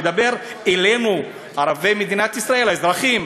הוא מדבר אלינו, ערביי מדינת ישראל, האזרחים: